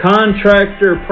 Contractor